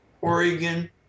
Oregon